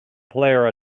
player